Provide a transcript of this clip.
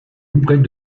auprès